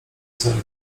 celu